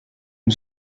une